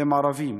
הם ערבים.